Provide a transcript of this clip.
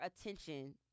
attention